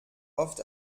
oft